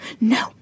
No